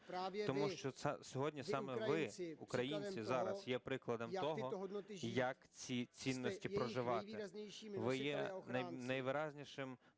Тому що сьогодні саме ви, українці, зараз є прикладом того, як ці цінності проживати. Ви є найвиразнішим